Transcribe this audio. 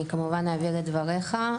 אני כמובן אעביר את דבריך.